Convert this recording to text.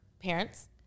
parents